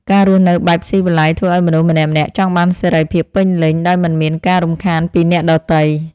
ការរស់នៅបែបស៊ីវិល័យធ្វើឱ្យមនុស្សម្នាក់ៗចង់បានសេរីភាពពេញលេញដោយមិនមានការរំខានពីអ្នកដទៃ។